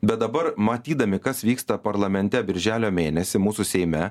bet dabar matydami kas vyksta parlamente birželio mėnesį mūsų seime